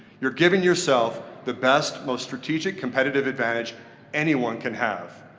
you are giving yourself the best, most strategic competitive advantage anyone can have.